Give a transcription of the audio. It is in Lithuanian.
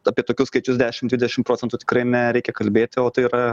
apie tokius skaičius dešim dvidešim procentų tikrai nereikia kalbėti o tai yra